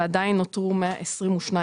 ועדיין נותרו 122,